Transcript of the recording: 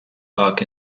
park